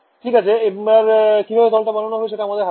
ঠিক আছে এবার কিভাবে তল টা বানানো হবে সেটা আমাদের হাতে